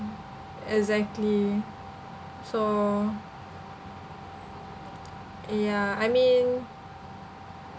exactly so ya I mean